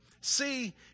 see